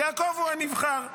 יעקב הוא הנבחר,